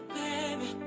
baby